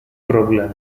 problem